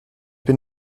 bin